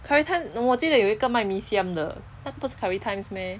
curry times no 我记得有一个卖 mee siam 的那个不是 curry times meh